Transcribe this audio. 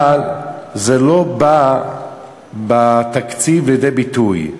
אבל זה לא בא בתקציב לידי ביטוי.